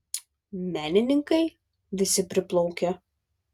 menininkai visi priplaukę